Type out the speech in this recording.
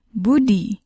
Budi